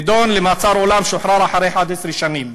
נידון למאסר עולם ושוחרר אחרי 11 שנים,